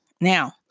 Now